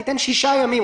תן שישה ימים,